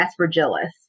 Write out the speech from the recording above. aspergillus